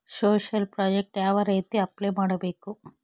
Social project ಯಾವ ರೇತಿ apply ಮಾಡಬೇಕು?